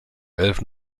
elf